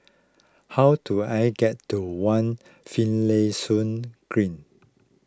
how do I get to one Finlayson Green